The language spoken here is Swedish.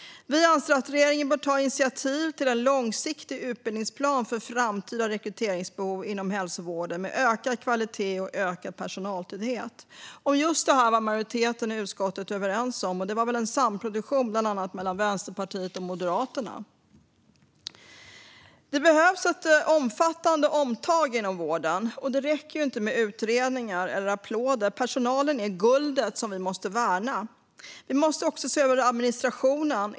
Vi anser att regeringen bör ta initiativ till en långsiktig utbildningsplan för framtida rekryteringsbehov inom hälsovården med ökad kvalitet och ökad personaltäthet. Just detta var majoriteten i utskottet överens om. Det var väl en samproduktion mellan bland annat Vänsterpartiet och Moderaterna. Det behövs ett omfattande omtag inom vården. Det räcker inte med utredningar eller applåder. Personalen är guldet som vi måste värna. Vi måste också se över administrationen.